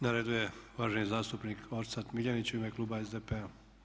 Na redu je uvaženi zastupnik Orsat Miljenić u ime kluba SDP-a.